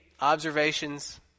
observations